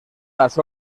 las